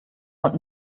und